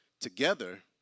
together